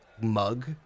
mug